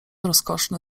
rozkoszne